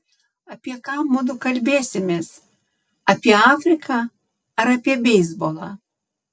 apie ką mudu kalbėsimės apie afriką ar apie beisbolą